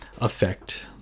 affect